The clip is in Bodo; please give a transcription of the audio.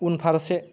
उनफारसे